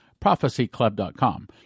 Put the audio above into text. prophecyclub.com